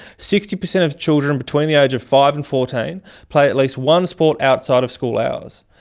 sixty per cent of children between the age of five and fourteen play at least one sport outside of school hours.